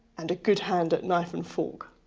and a good hand at knife and fork.